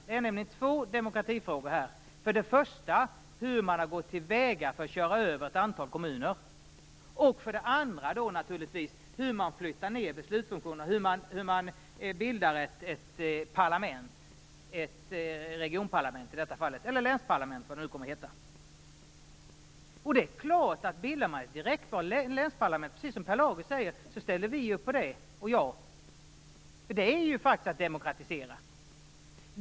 Det är nämligen två demokratifrågor här. För det första hur man har gått till väga för att köra över ett antal kommuner. Och för det andra hur man flyttar ned beslutfunktionerna och hur man bildar ett parlament, i detta fall ett regionparlament eller länsparlament eller vad det nu kommer att heta. Bildar man ett direktvalt länsparlament, precis som Per Lager säger, ställer vi upp på det. Det är ju faktiskt att demokratisera.